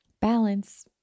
balance